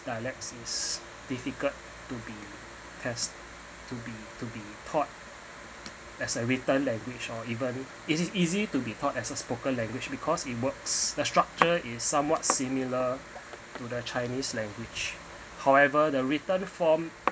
dialects is difficult to be test to be to be taught as a written language or even it is easy to be taught as a spoken language because it works the structure is somewhat similar to the chinese language however the written form